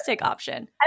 option